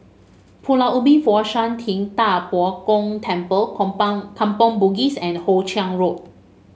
Pulau Ubin Fo Shan Ting Da Bo Gong Temple Kampong Bugis and Hoe Chiang Road